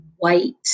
white